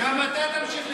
וגם אתה תמשיך לקשקש,